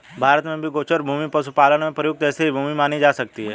भारत में भी गोचर भूमि पशुपालन में प्रयुक्त ऐसी ही भूमि मानी जा सकती है